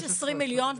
יש 20 מיליון.